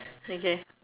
okay